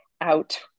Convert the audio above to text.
out